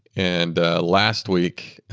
and ah last week,